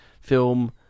film